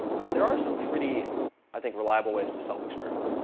there are some pretty i think reliable ways to self-experiment.